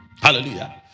Hallelujah